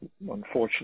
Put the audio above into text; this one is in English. unfortunately